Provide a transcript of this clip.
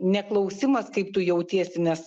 ne klausimas kaip tu jautiesi nes